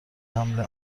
حمل